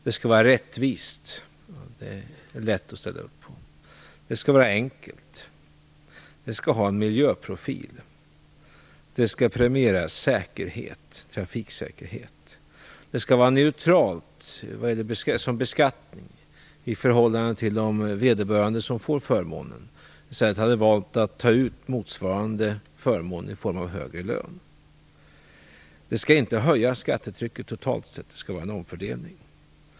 Det skall vara rättvist - det är lätt att ställa upp på. Det skall vara enkelt. Det skall ha en miljöprofil. Det skall premiera trafiksäkerhet. Det skall vara neutralt som beskattning i förhållande till om de som får förmånen i stället hade valt att ta ut motsvarande förmån i form av högre lön. Det skall inte höja skattetrycket totalt sett, utan det skall vara en omfördelning.